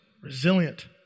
resilient